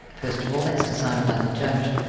first of all, that's decided by the judge,